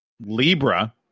Libra